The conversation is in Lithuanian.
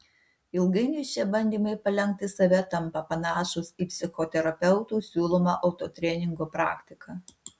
ilgainiui šie bandymai palenkti save tampa panašūs į psichoterapeutų siūlomą autotreningo praktiką